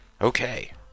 okay